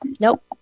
Nope